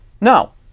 No